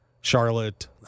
Charlotte